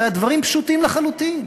הרי הדברים פשוטים לחלוטין.